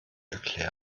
erklären